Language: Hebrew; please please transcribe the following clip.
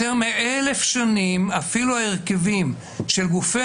יותר מ-1,000 שנים אפילו ההרכבים של גופי